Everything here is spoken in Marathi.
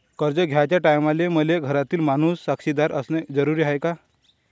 कर्ज घ्याचे टायमाले मले घरातील माणूस साक्षीदार असणे जरुरी हाय का?